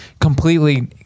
completely